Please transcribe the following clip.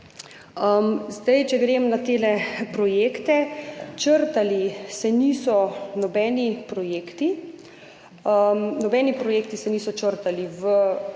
Če grem na te projekte. Črtali se niso nobeni projekti. Nobeni projekti se niso črtali v